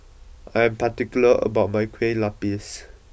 I am particular about my Kueh Lapis